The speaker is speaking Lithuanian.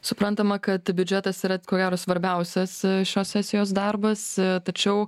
suprantama kad biudžetas yra ko gero svarbiausias šios sesijos darbas tačiau